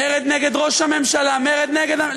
מרד נגד ראש הממשלה, מרד נגד הממשלה.